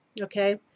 okay